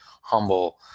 humble